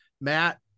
Matt